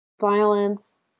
Violence